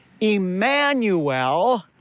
Emmanuel